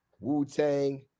Wu-Tang